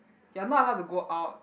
you're not allowed to go out